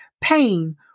Pain